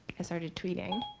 i started tweeting.